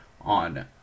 on